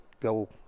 go